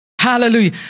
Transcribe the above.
Hallelujah